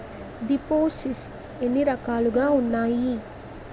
దిపోసిస్ట్స్ ఎన్ని రకాలుగా ఉన్నాయి?